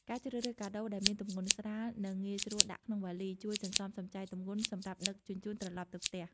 ការជ្រើសរើសកាដូដែលមានទម្ងន់ស្រាល និងងាយស្រួលដាក់ក្នុងវ៉ាលី ជួយសន្សំសំចៃទម្ងន់សម្រាប់ដឹកជញ្ជូនត្រឡប់ទៅផ្ទះ។